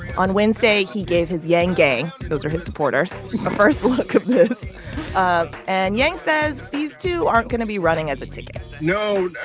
on wednesday, he gave his yang gang those are his supporters the first look um and yang says these two aren't going to be running as a ticket no